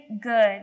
good